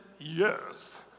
yes